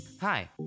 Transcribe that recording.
Hi